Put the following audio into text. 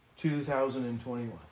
2021